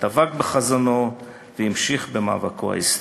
דבק בחזונו והמשיך במאבקו ההיסטורי.